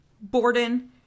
Borden